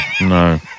No